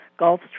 Gulfstream